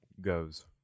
goes